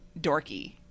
dorky